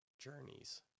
journeys